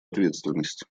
ответственность